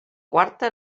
quarta